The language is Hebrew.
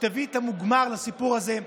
שתביא אל המוגמר את הסיפור הזה.